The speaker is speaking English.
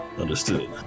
Understood